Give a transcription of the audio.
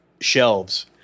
shelves –